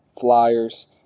Flyers